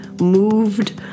moved